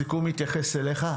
הסיכום התייחס אליך.